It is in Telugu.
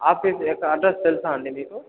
ఆఫీస్ యొక్క అడ్రస్ తెలుసా అండీ మీకు